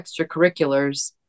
extracurriculars